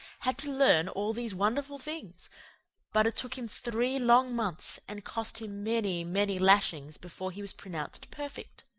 had to learn all these wonderful things but it took him three long months and cost him many, many lashings before he was pronounced perfect.